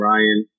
Ryan